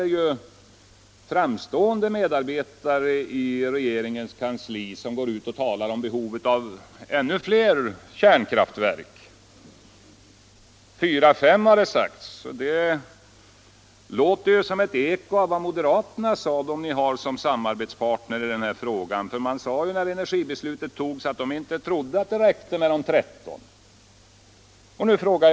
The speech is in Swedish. Det finns framstående medarbetare i regeringens kansli som går ut och talar om behovet av ytterligare fyra eller fem kärnkraftverk. Det låter som ett eko av vad moderaterna sade när energibeslutet togs — moderaterna var ju er samarbetspartner i denna fråga — att de inte trodde att det räckte med 13 kärnkraftverk.